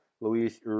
Luis